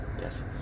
yes